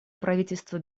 правительство